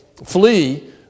Flee